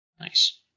nice